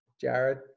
jared